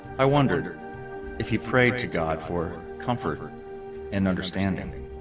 i wondered if he prayed to god for comfort and understanding